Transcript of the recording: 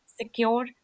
secure